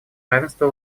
равенства